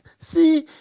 see